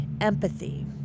empathy